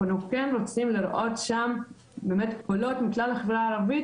אנחנו כן רוצים לראות שם קולות מכלל החברה הערבית,